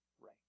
right